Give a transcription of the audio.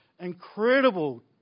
incredible